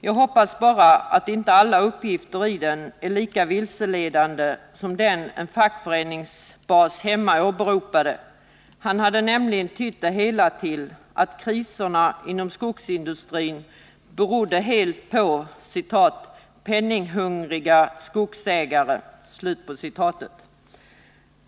Jag hoppas bara att inte alla uppgifter i detta är lika vilseledande som den förklaring till kriserna inom skogsnäringen som en fackföreningsbas där hemma gav. Han hade nämligen tolkat det hela så att kriserna helt berodde på ”de penninghungriga skogsägarna”.